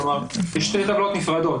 כלומר יש שתי טבלאות נפרדות.